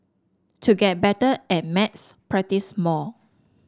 to get better at maths practise more